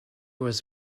was